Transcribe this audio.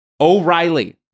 O'Reilly